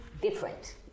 different